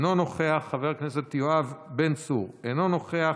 אינו נוכח,